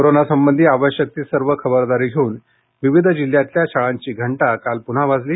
कोरोनासंबंधी आवश्यक ती सर्व खबरदारी घेऊन वेगवेगळ्या जिल्ह्यातल्या शाळांची घंटा काल पुन्हा वाजली